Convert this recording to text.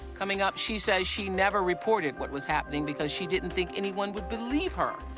coming up, she says she never reported what was happening, because she didn't think anyone would believe her,